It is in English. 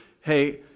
Hey